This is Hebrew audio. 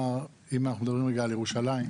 אם אנחנו מדברים כרגע על ירושלים.